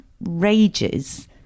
rages